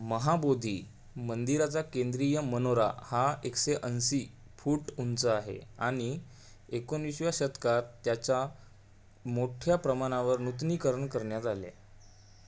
महाबोधी मंदिराचा केंद्रीय मनोरा हा एकशेऐंशी फूट उंच आहे आणि एकोणीसव्या शतकात त्याच्या मोठ्या प्रमाणावर नूतनीकरण करण्यात आले